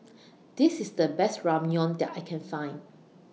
This IS The Best Ramyeon that I Can Find